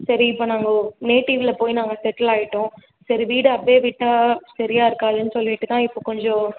சரி இப்போது நாங்கள் நேட்டிவ்வில் போய் நாங்கள் செட்டில் ஆகிட்டோம் சரி வீடை அப்படியே விட்டால் சரியாக இருக்காது சொல்லிகிட்டு தான் இப்போது கொஞ்சம்